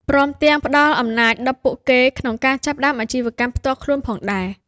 ព្រមទាំងផ្ដល់អំណាចដល់ពួកគេក្នុងការចាប់ផ្ដើមអាជីវកម្មផ្ទាល់ខ្លួនផងដែរ។